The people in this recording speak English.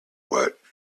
what